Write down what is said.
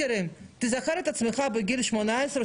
תזכור את עצמך בגיל 18,